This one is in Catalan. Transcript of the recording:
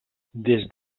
des